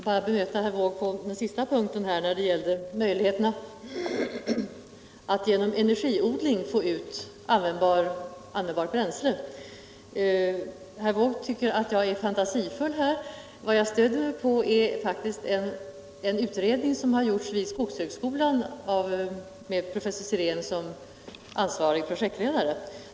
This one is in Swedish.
Herr talman! Jag vill bara bemöta vad herr Wååg sade om möjligheterna att genom energiodling få fram användbart bränsle. Herr Wååg tycker att jag är fantasifull på den punkten. Jag stöder mig på en utredning som gjorts vid skogshögskolan med professor Sirén som ansvarig projektledare.